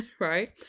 right